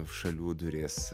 šalių duris